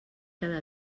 cada